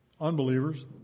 unbelievers